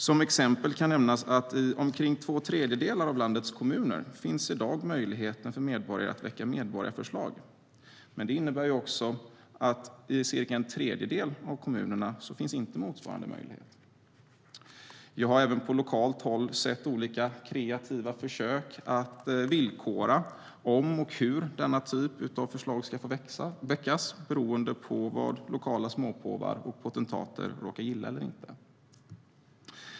Som exempel kan nämnas att det i dag finns möjlighet för medborgare att väcka medborgarförslag i två tredjedelar av landets kommuner. Men det innebär också att i ungefär en tredjedel av kommunerna finns inte motsvarande möjlighet. Jag har även på lokalt håll sett olika kreativa försök att villkora om och hur denna typ av förslag ska få väckas, beroende på vad lokala småpåvar och potentater råkar gilla eller inte.